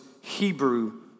Hebrew